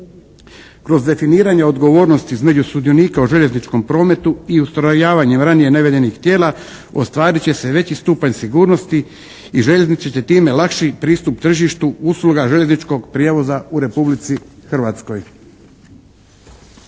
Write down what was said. Kroz definiranje odgovornosti između sudionika u željezničkom prometu i ustrojavanjem ranije navedenih tijela ostvarit će se veći stupanj sigurnosti i željeznice će se time lakšiji pristup tržištu, usluga željezničkog prijevoza u Republici Hrvatskoj.